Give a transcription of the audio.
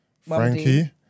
Frankie